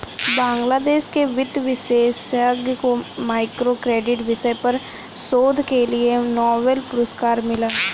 बांग्लादेश के वित्त विशेषज्ञ को माइक्रो क्रेडिट विषय पर शोध के लिए नोबेल पुरस्कार मिला